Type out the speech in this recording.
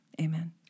Amen